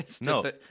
No